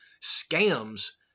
scams